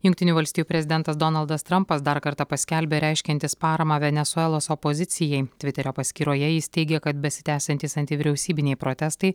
jungtinių valstijų prezidentas donaldas trampas dar kartą paskelbė reiškiantis paramą venesuelos opozicijai tviterio paskyroje jis teigia kad besitęsiantys antivyriausybiniai protestai